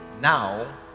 Now